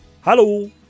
Hello